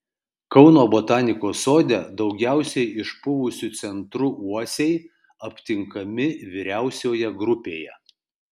kauno botanikos sode daugiausiai išpuvusiu centru uosiai aptinkami vyriausioje grupėje